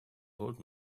old